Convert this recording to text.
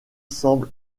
semble